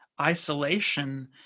isolation